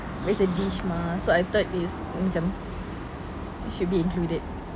but it's a dish mah so I thought it's um macam should be included